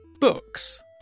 books